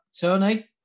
Tony